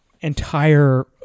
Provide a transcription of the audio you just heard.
entire